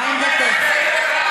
מה עמדתך?